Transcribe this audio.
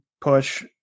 push